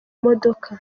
modoka